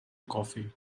coffee